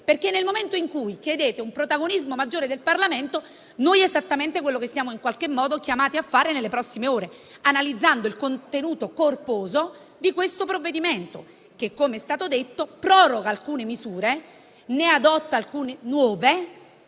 perché nel momento in cui chiedete un protagonismo maggiore del Parlamento, è esattamente quello che saremo chiamati a fare nelle prossime ore, analizzando il contenuto corposo del provvedimento, che - com'è stato detto - proroga alcune misure, ne modifica altre